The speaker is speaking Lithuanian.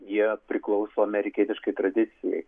jie priklauso amerikietiškai tradicijai